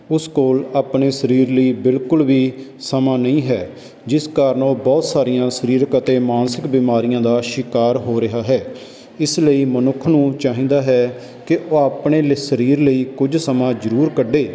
ਉਸ ਕੋਲ ਆਪਣੇ ਸਰੀਰ ਲਈ ਬਿਲਕੁਲ ਵੀ ਸਮਾਂ ਨਹੀਂ ਹੈ ਜਿਸ ਕਾਰਨ ਉਹ ਬਹੁਤ ਸਾਰੀਆਂ ਸਰੀਰਿਕ ਅਤੇ ਮਾਨਸਿਕ ਬਿਮਾਰੀਆਂ ਦਾ ਸ਼ਿਕਾਰ ਹੋ ਰਿਹਾ ਹੈ ਇਸ ਲਈ ਮਨੁੱਖ ਨੂੰ ਚਾਹੀਦਾ ਹੈ ਕਿ ਉਹ ਆਪਣੇ ਲ ਸਰੀਰ ਲਈ ਕੁਝ ਸਮਾਂ ਜ਼ਰੂਰ ਕੱਢੇ